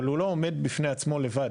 אבל הוא לא עומד בפני עצמו לבד.